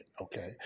Okay